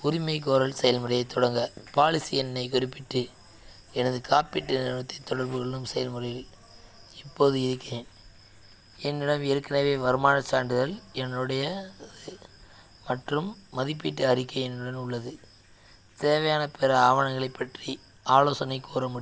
உரிமைகோரல் செயல்முறையைத் தொடங்க பாலிசி எண்ணைக் குறிப்பிட்டு எனது காப்பீட்டு நிறுவனத்தைத் தொடர்பு கொள்ளும் செயல்முறையில் இப்போது இருக்கிறேன் என்னிடம் ஏற்கனவே வருமானச் சான்றிதழ் என்னுடைய மற்றும் மதிப்பீட்டு அறிக்கை என்னுடன் உள்ளது தேவையான பிற ஆவணங்களைப் பற்றி ஆலோசனை கூற முடியுமா